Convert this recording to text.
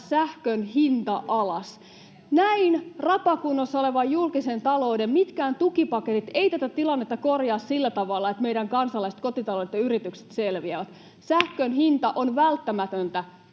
sähkön hinta alas. Mitkään näin rapakunnossa olevan julkisen talouden tukipaketit eivät tätä tilannetta korjaa sillä tavalla, että meidän kansalaiset, kotitaloudet ja yritykset selviävät. Sähkön hinta [Puhemies